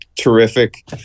terrific